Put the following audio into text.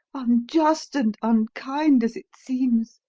unjust and unkind as it seems.